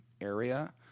area